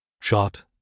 Shot